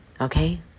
okay